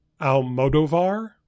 almodovar